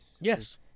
Yes